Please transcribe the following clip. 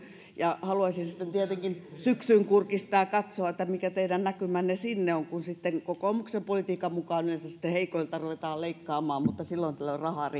haluaisin sitten tietenkin syksyyn kurkistaa ja katsoa mikä teidän näkymänne sinne on kun kokoomuksen politiikan mukaan yleensä heikoilta ruvetaan leikkaamaan mutta silloin tätä rahaa